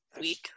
week